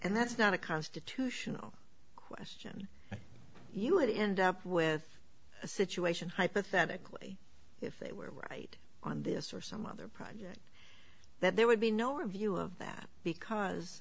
and that's not a constitutional question you would end up with a situation hypothetically if they were right on this or some other project that there would be no review of that because